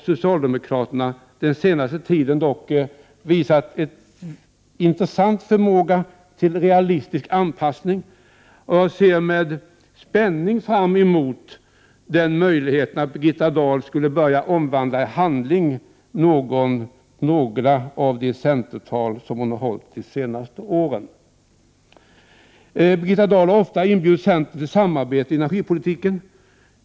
Under den senaste tiden har socialdemokraterna dock visat en intressant förmåga till realistisk anpassning. Jag ser med spänning fram emot möjligheten att Birgitta Dahl skulle börja omsätta i handling några av de centertal som hon har hållit under de senaste åren. Birgitta Dahl har ofta inbjudit centern till samarbete i energipolitiken.